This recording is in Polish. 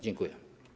Dziękuję.